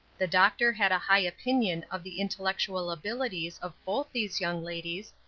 the doctor had a high opinion of the intellectual abilities of both these young ladies,